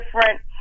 different